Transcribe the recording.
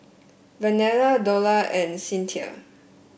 Vernelle Dola and Cinthia